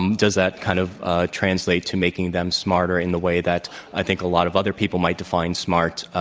um does that kind of translate to making them smarter in the way that i think a lot of other people might define smart?